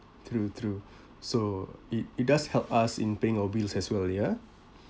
true true so it it does help us in paying our bills as well ya